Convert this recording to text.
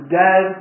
dead